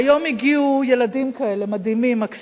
היום הגיעו ילדים כאלה, מדהימים, מקסימים,